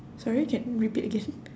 sorry can repeat again